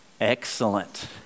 Excellent